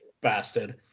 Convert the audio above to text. bastard